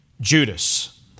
Judas